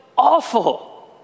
Awful